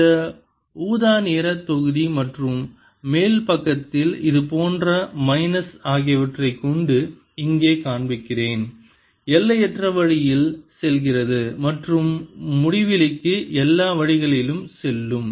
இந்த ஊதா நிறத் தொகுதி மற்றும் மேல் பக்கத்தில் இது போன்ற மைனஸ் ஆகியவற்றைக் கொண்டு இங்கே காண்பிக்கிறேன் எல்லையற்ற வழியில் செல்கிறது மற்றும் முடிவிலிக்கு எல்லா வழிகளிலும் செல்லும்